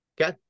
Okay